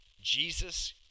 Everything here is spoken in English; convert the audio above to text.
Jesus